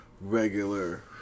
regular